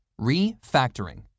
Refactoring